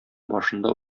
башында